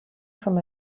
from